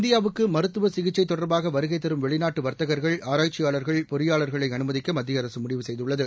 இந்தியாவுக்கு மருத்துவ சிகிச்சை தொடர்பாக வருகை தரும் வெளிநாட்டு வர்த்தகர்கள் ஆராய்ச்சியாளர்கள் பொறியாளர்களை அனுமதிக்க மத்திய அரசு முடிவு செய்துள்ளது